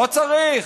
לא צריך.